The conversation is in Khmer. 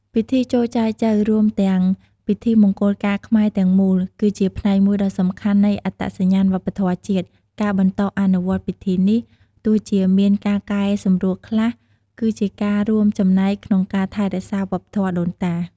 ពិធីចូលចែចូវ រួមទាំងពិធីមង្គលការខ្មែរទាំងមូល គឺជាផ្នែកមួយដ៏សំខាន់នៃអត្តសញ្ញាណវប្បធម៌ជាតិ ការបន្តអនុវត្តពិធីនេះ ទោះជាមានការកែសម្រួលខ្លះ គឺជាការរួមចំណែកក្នុងការថែរក្សាវប្បធម៌ដូនតា។